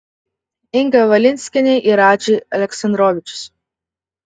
inga valinskienė ir radži aleksandrovičius